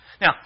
Now